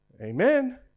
Amen